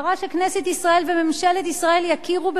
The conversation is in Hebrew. שכנסת ישראל וממשלת ישראל יכירו בכך,